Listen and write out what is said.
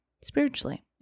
spiritually